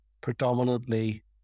predominantly